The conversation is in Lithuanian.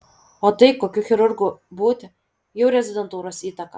o tai kokiu chirurgu būti jau rezidentūros įtaka